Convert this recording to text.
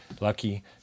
Lucky